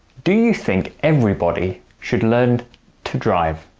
do you think everybody should learn to drive?